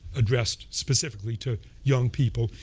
addressed specifically to young people,